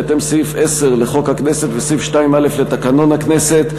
בהתאם לסעיף 10 לחוק הכנסת וסעיף 2(א) לתקנון הכנסת,